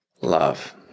love